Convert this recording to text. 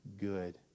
good